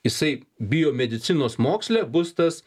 jisai biomedicinos moksle bus tas